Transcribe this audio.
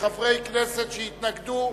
לחברי כנסת שהתנגדו,